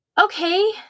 okay